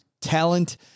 talent